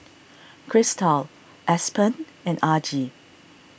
Kristal Aspen and Argie